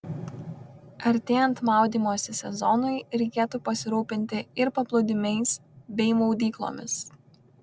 artėjant maudymosi sezonui reikėtų pasirūpinti ir paplūdimiais bei maudyklomis